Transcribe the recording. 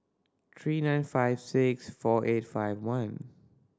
three nine five six four eight five one